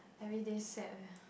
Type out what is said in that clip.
everyday's sad leh